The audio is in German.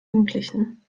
jugendlichen